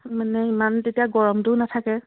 মানে ইমান তেতিয়া গৰমটোও নাথাকে